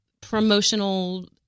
promotional